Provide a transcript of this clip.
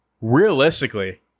Realistically